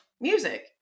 music